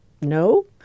No